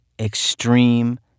extreme